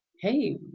hey